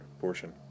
portion